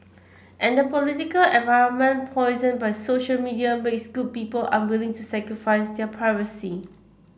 and the political environment poisoned by social media makes good people unwilling to sacrifice their privacy